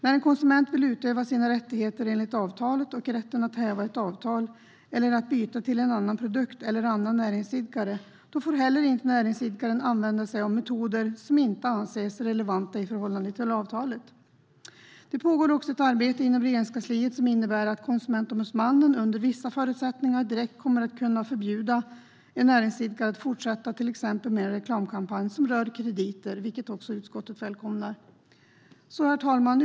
När en konsument vill utöva sina rättigheter enligt avtalet och rätten att häva ett avtal eller att byta till en annan produkt eller annan näringsidkare får heller inte näringsidkaren använda sig av metoder som inte anses relevanta i förhållande till avtalet. Det pågår också ett arbete inom Regeringskansliet som innebär att Konsumentombudsmannen under vissa förutsättningar direkt kommer att kunna förbjuda en näringsidkare att fortsätta med till exempel en reklamkampanj som rör krediter, vilket också utskottet välkomnar. Herr talman!